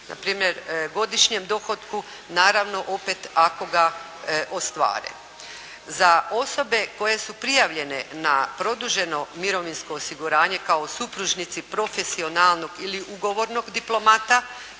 na primjer godišnjem dohotku. Naravno opet ako ga ostvare. Za osobe koje su prijavljene na produženo mirovinsko osiguranje kao supružnici profesionalnog ili ugovornog diplomata